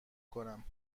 کنم